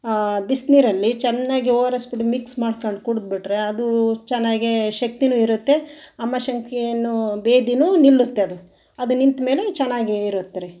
ಬಿಸಿನೀರಲ್ಲಿ ಚೆನ್ನಾಗಿ O R S ಪುಡಿ mix ಮಾಡ್ಕೊಂಡು ಕುಡುದ್ಬಿಟ್ರೆ ಅದೂ ಚೆನ್ನಾಗೆ ಶಕ್ತಿನೂ ಇರುತ್ತೆ ಆಮಶಂಕೇನೂ ಭೇದಿನೂ ನಿಲ್ಲುತ್ತದು ಅದು ನಿಂತ ಮೇಲೆ ಚೆನ್ನಾಗಿ ಇರುತ್ರಿ